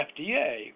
FDA